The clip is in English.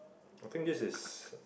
I think this is